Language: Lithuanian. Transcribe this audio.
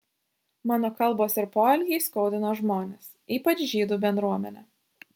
mano kalbos ir poelgiai skaudino žmones ypač žydų bendruomenę